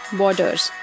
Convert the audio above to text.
borders